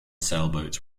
sailboats